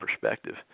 perspective